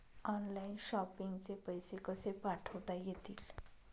Online shopping चे पैसे कसे पाठवता येतील?